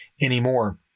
anymore